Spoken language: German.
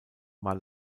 war